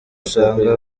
usanga